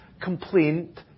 complaint